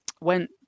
went